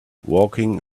walking